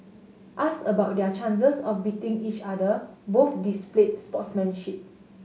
asked about their chances of beating each other both displayed sportsmanship